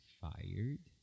fired